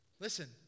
Listen